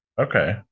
Okay